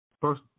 First